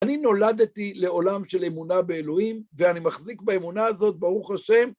אני נולדתי לעולם של אמונה באלוהים, ואני מחזיק באמונה הזאת, ברוך השם...